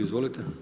Izvolite!